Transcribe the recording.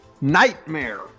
Nightmare